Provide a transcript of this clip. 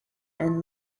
and